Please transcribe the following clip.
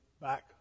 back